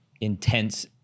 intense